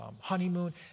honeymoon